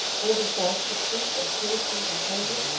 holding fast to truth and courtesy and kindness,